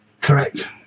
correct